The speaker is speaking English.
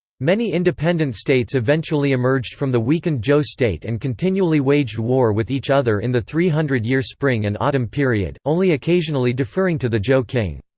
many independent states eventually emerged from the weakened zhou state and continually waged war with each other in the three hundred year spring and autumn period, only occasionally deferring to the zhou king.